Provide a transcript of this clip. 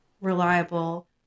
reliable